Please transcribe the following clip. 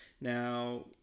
Now